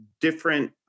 different